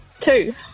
Two